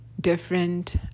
Different